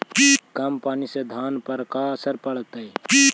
कम पनी से धान पर का असर पड़तायी?